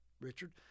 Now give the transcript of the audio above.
Richard